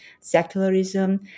secularism